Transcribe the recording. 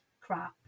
crap